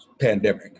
pandemic